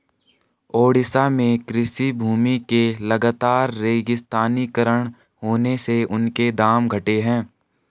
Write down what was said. ओडिशा में कृषि भूमि के लगातर रेगिस्तानीकरण होने से उनके दाम घटे हैं